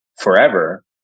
forever